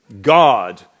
God